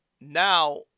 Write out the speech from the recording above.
now